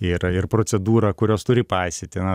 yra ir procedūra kurios turi paisyti na